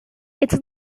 it’s